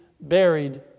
Buried